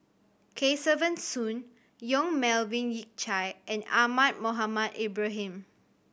Kesavan Soon Yong Melvin Yik Chye and Ahmad Mohamed Ibrahim